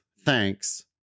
Thanks